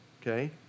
Okay